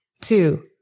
two